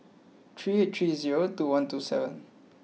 three eight three zero two one two seven